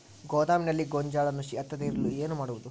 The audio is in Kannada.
ಗೋದಾಮಿನಲ್ಲಿ ಗೋಂಜಾಳ ನುಸಿ ಹತ್ತದೇ ಇರಲು ಏನು ಮಾಡುವುದು?